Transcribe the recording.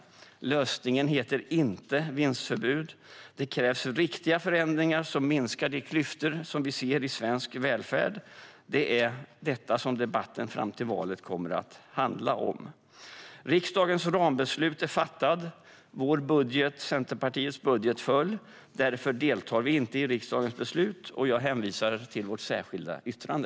Lösningen heter inte vinstförbud. Det krävs riktiga förändringar som minskar de klyftor som vi ser i svensk välfärd. Det är detta som debatten fram till valet kommer att handla om. Riksdagens rambeslut är fattat. Centerpartiets budget föll. Därför deltar vi inte i riksdagens beslut. Jag hänvisar till vårt särskilda yttrande.